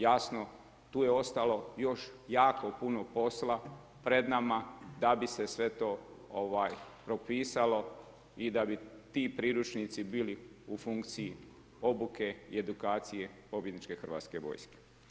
Jasno tu je ostalo još jako puno posla pred nama da bise sve to propisalo i da bi ti priručnici bili u funkciji obuke i edukacije pobjedničke hrvatske vojske.